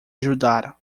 ajudar